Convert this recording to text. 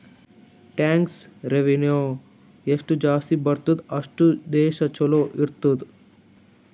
tax revenue ಎಷ್ಟು ಜಾಸ್ತಿ ಬರ್ತುದ್ ಅಷ್ಟು ದೇಶ ಛಲೋ ಇರ್ತುದ್